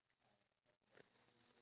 keep on going